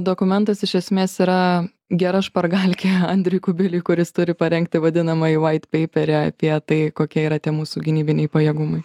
dokumentas iš esmės yra gera špargalkė andriui kubiliui kuris turi parengti vadinamąjį vaitpeiperį apie tai kokie yra tie mūsų gynybiniai pajėgumai